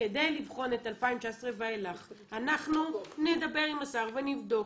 כדי לבחון את 2019 ואילך אנחנו נדבר עם השר ונבדוק.